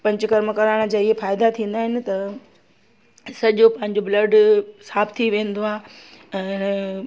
पंचकर्मा कराइण जा इहे फ़ाइदा थींदा आहिनि त सॼो पंहिंजो ब्लड साफ़ु थी वेंदो आ्हे अने